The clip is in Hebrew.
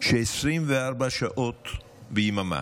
ש-24 שעות ביממה,